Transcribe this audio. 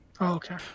Okay